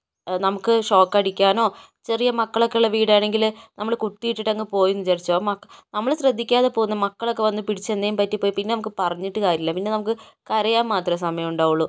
നമുക്ക് ഷോക്കടിക്കാനോ ചെറിയ മക്കളൊക്കേ ഉള്ള വീടാണെങ്കിൽ നമ്മൾ കുത്തിയിട്ടിട്ട് അങ്ങ് പോയിയെന്ന് വിചാരിച്ചോ മക് നമ്മൾ ശ്രദ്ധിക്കാതെ പോന്നാൽ മക്കളൊക്കേ വന്ന് പിടിച്ച് എന്തെങ്കിലും പറ്റിപ്പോയാൽ പിന്നേ നമുക്ക് പറഞ്ഞിട്ട് കാര്യമില്ല നമുക്ക് കരയാൻ മാത്രമേ സമയം ഉണ്ടാവുള്ളൂ